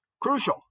crucial